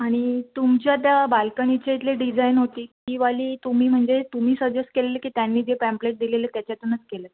आणि तुमच्या त्या बाल्कनीच्या इथली डिजाईन होती ती वाली तुम्ही म्हणजे तुम्ही सजेस्ट केलेली की त्यांनी जे पॅम्प्लेट दिलेले त्याच्यातूनच केलं आहे